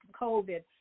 COVID